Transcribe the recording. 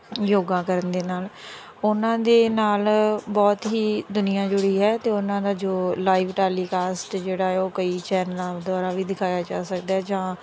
ਯੋਗਾ ਕਰਨ ਦੇ ਨਾਲ ਉਹਨਾਂ ਦੇ ਨਾਲ ਬਹੁਤ ਹੀ ਦੁਨੀਆ ਜੁੜੀ ਹੈ ਅਤੇ ਉਹਨਾਂ ਦਾ ਜੋ ਲਾਈਵ ਟੈਲੀਕਾਸਟ ਜਿਹੜਾ ਉਹ ਕਈ ਚੈਨਲਾਂ ਦੁਆਰਾ ਵੀ ਦਿਖਾਇਆ ਜਾ ਸਕਦਾ ਹੈ ਜਾਂ